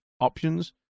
options